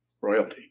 royalty